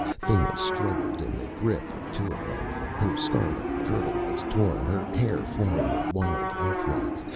thanis struggled in the grip of two of them. her scarlet kirtle was torn, her hair flying in wild elf-locks,